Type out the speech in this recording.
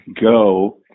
go